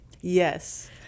yes